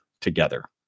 together